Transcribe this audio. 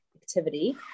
activity